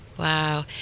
Wow